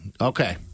Okay